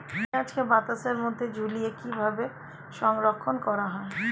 পেঁয়াজকে বাসের মধ্যে ঝুলিয়ে কিভাবে সংরক্ষণ করা হয়?